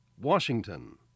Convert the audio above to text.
Washington